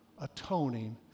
atoning